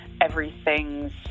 everything's